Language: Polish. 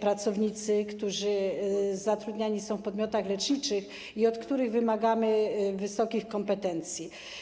pracownicy, którzy zatrudniani są w podmiotach leczniczych i od których wymagamy wysokich kompetencji.